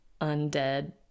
undead